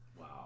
Wow